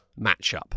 matchup